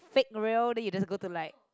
fake real then you just go to like